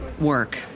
work